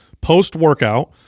Post-workout